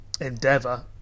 endeavour